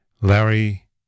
Larry